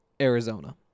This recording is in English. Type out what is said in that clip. Arizona